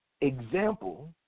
example